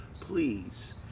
please